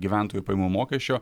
gyventojų pajamų mokesčio